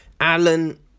Alan